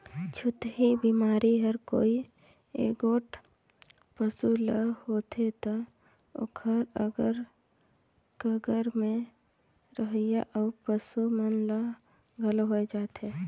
छूतही बेमारी हर कोई एगोट पसू ल होथे त ओखर अगर कगर में रहोइया अउ पसू मन ल घलो होय जाथे